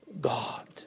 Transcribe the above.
God